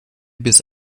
bis